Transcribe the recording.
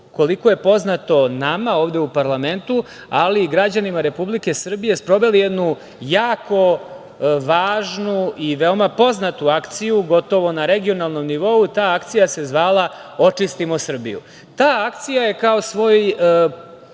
koliko je poznato nama ovde u parlamentu, ali i građanima Republike Srbije, sproveli jednu jako važnu i veoma poznatu akciju, gotovo na regionalnom nivou, a ta akcija se zvala - Očistimo Srbiju. Ta akcija je kao svoj